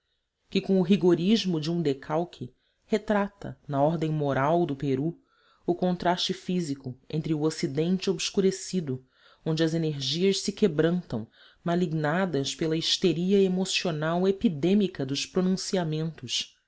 que com o rigorismo de um decalque retrata na ordem moral do peru o contraste físico entre o ocidente obscurecido onde as energias se quebrantam malignadas pela histeria emocional epidêmica dos pronunciamentos